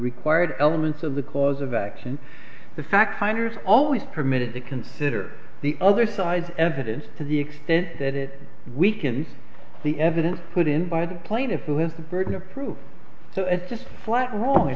required elements of the cause of action the fact finders always permitted to consider the other side's evidence to the extent that it weakens the evidence put in by the plaintiffs who has the burden of proof so it's just flat wrong